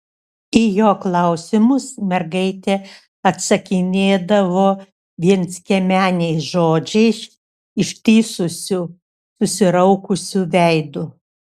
į jo klausimus mergaitė atsakinėdavo vienskiemeniais žodžiais ištįsusiu susiraukusiu veidu